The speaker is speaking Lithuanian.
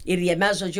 ir jame žodžiu